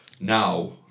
now